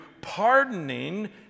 pardoning